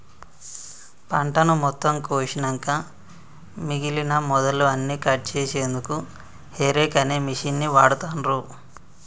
పంటను మొత్తం కోషినంక మిగినన మొదళ్ళు అన్నికట్ చేశెన్దుకు హేరేక్ అనే మిషిన్ని వాడుతాన్రు